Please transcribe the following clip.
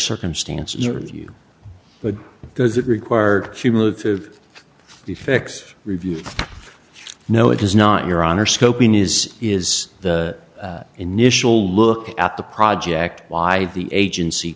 circumstance interview but because it required cumulative effect review no it is not your honor scoping is is the initial look at the project why the agency